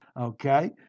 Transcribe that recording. okay